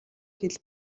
хэл